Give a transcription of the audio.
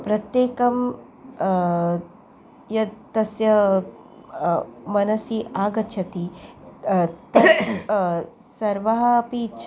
प्रत्येकं यत् तस्य मनसि आगच्छति तत् सर्वः अपि इच्छाः